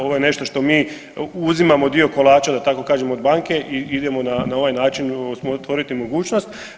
Ovo je nešto što mi uzimamo dio kolača, da tako kažem, od banke i idemo na ovaj način otvoriti mogućnost.